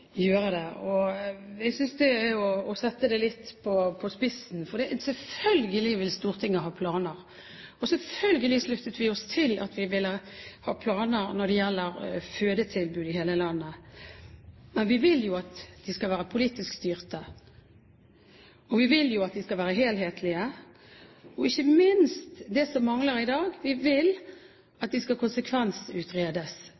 gjøre det. Jeg synes det er å sette det litt på spissen. Selvfølgelig vil Stortinget ha planer, og selvfølgelig sluttet vi oss til at vi ville ha planer når det gjelder fødetilbud i hele landet. Men vi vil jo at de skal være politisk styrte. Vi vil jo at de skal være helhetlige, og ikke minst vil vi – noe som mangler i dag